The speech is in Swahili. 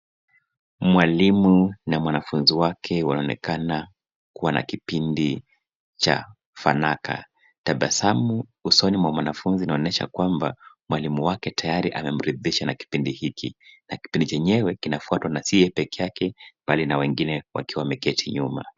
Mwalimu na mwanafunzi wake wanaonekana kuwa na kipindi cha fanaka, tabasamu usoni mwa mwanafunzi inaonyesha kwamba mwalimu wake tayari anamridhishwa na kipindi hiki na kipindi chenyewe kinafuatwa na, sii yeye pekee yake bali na wengine wakiwa wameketi nyuma.